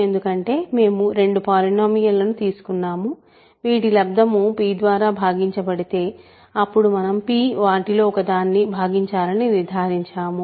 ఎందుకంటే మేము రెండు పాలినోమీయల్ లను తీసుకున్నాము వీటి లబ్దము p ద్వారా భాగించబడితే అప్పుడు మనం p వాటిలో ఒకదాన్ని భాగించాలని నిర్ధారించాము